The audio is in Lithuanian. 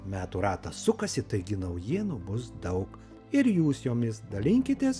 metų ratas sukasi taigi naujienų bus daug ir jūs jomis dalinkitės